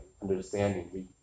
Understanding